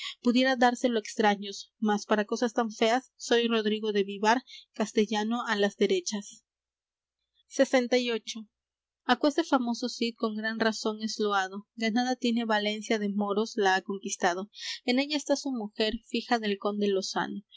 pudiera dárselo á extraños mas para cosas tan feas soy rodrigo de vivar castellano á las derechas lxviii aquese famoso cid con gran razón es loado ganada tiene á valencia de moros la ha conquistado en ella está su mujer fija del conde lozano